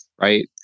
Right